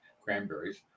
cranberries